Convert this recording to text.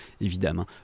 évidemment